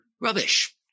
rubbish